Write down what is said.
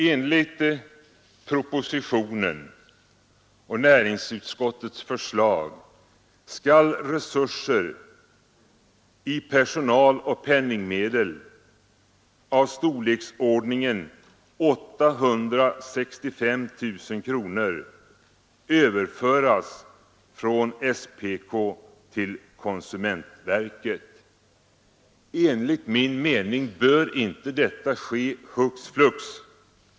Enligt propositionen och näringsutskottets förslag skall resurser i personaloch penningmedel av storleksordningen 865 000 kronor överföras från SPK till konsumentverket. Enligt min mening bör inte detta ske hux flux.